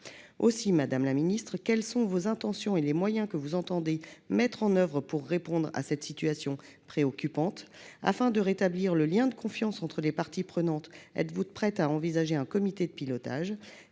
Madame la ministre, quelles sont vos intentions à ce sujet et quels moyens entendez-vous mettre en place pour faire face à cette situation préoccupante ? Afin de rétablir le lien de confiance entre les parties prenantes, êtes-vous prête à envisager un comité de pilotage ?